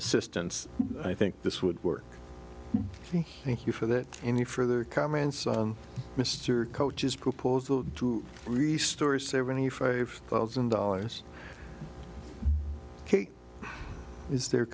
assistance i think this would work thank you for that any further comments on mr coaches proposal to resource seventy five thousand dollars is there